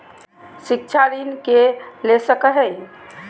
शिक्षा ऋण के ले सको है?